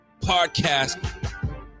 podcast